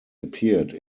appeared